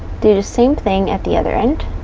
do the same thing at the other end